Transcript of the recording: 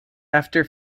after